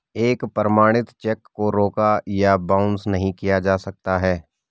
एक प्रमाणित चेक को रोका या बाउंस नहीं किया जा सकता है